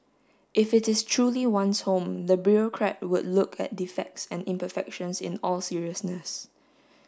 if it is truly one's home the bureaucrat would look at defects and imperfections in all seriousness